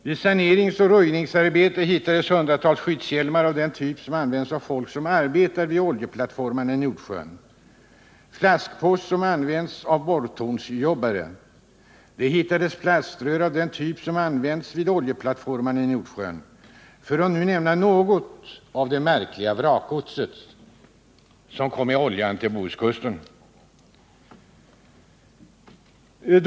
Vid saneringsoch röjningsarbetet hittades hundratalet skyddshjälmar av den typ som används av folk som arbetar vid oljeplattformarna i Nordsjön, flaskpost som används av borrtornsjobbare, och man hittade plaströr av en typ som används vid oljeplattformarna i Nordsjön för att nu nämna något av det märkliga vrakgods som kom med oljan till Bohuskusten.